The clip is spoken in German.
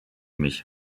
mich